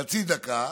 חצי דקה